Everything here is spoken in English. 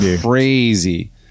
Crazy